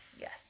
Yes